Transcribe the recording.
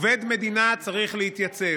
עובד מדינה צריך להתייצב.